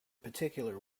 particular